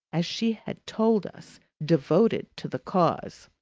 as she had told us, devoted to the cause.